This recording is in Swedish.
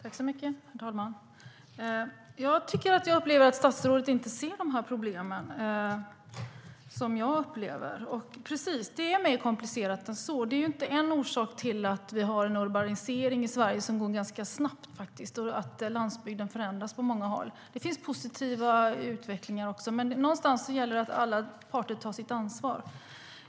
Herr talman! Jag tycker att statsrådet inte ser de problem som jag upplever. Visst är det mer komplicerat, för det är ju inte bara en orsak till att vi har en urbanisering i Sverige som går ganska snabbt och att landsbygden förändras på många håll. Det finns positiv utveckling också, men någonstans gäller det att alla parter tar sitt ansvar.